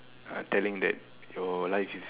uh telling that your life is